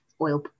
oil